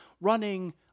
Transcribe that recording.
running